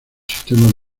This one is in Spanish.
sistemas